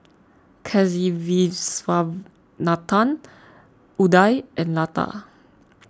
Kasiviswanathan Udai and Lata